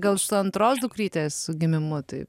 gal antros dukrytės gimimu taip